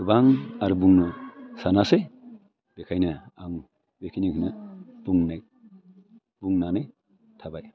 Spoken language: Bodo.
गोबां आरो बुंनो सानासै बेखायनो आं बेखिनिखौनो बुंनाय बुंनानै थाबाय